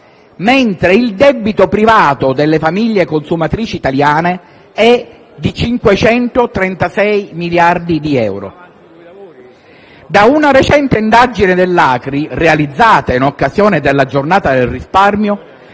mentre il debito privato delle famiglie consumatrici italiane è di 536 miliardi di euro. Da una recente indagine dell'Associazione di fondazioni e di casse di risparmio